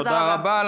תודה רבה.